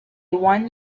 one